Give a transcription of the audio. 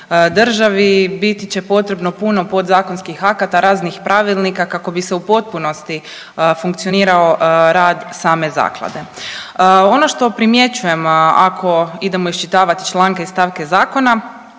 državi biti će potrebno puno podzakonskih akata i raznih pravilnika kako bi u potpunosti funkcionirao rad same zaklade. Ono što primjećujemo ako idemo iščitavati članke i stavke zakona